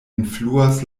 influas